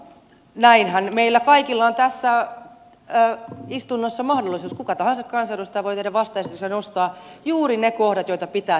näinhän meillä kaikilla on tässä istunnossa mahdollisuus kuka tahansa kansanedustaja voi tehdä vastaesityksen ja nostaa juuri ne kohdat joita pitää tärkeinä